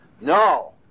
no